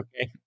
okay